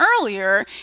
earlier